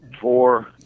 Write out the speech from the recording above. four